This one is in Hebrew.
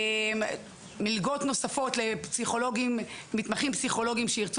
מלגות נוספות למתמחים פסיכולוגים שירצו